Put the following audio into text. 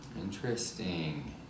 Interesting